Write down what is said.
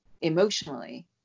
emotionally